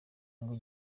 ngo